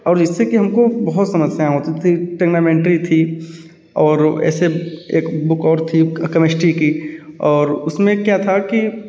और इससे कि हमको बहुत समस्याएँ होती थी टेग्नामेंट्री थी और ऐसे एक बुक और थी कमेस्ट्री की और उसमें क्या था कि